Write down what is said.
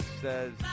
says